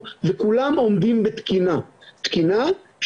מתוך הנחה שקנאביס הוא סם מסוכן,